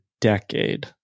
decade